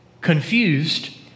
Confused